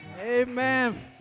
Amen